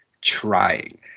trying